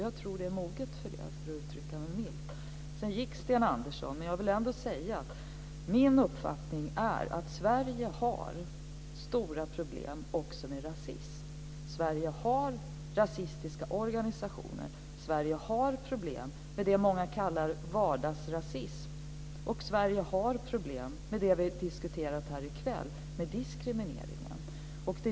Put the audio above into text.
Jag tror, för att uttrycka mig milt, att tiden är mogen för det. Sten Andersson gick, men jag vill ändå säga att min uppfattning är att Sverige har stora problem också med rasism. Sverige har rasistiska organisationer. Sverige har problem med det som många kallar vardagsrasism, och Sverige har problem med det som vi har diskuterat här i kväll, nämligen med diskrimineringen.